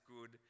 good